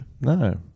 No